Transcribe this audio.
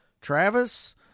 Travis